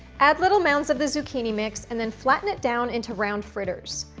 add little mounds of the zucchini mix, and then flatten it down into round fritters.